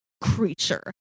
creature